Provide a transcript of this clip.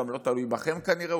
גם לא תלוי בכם כנראה,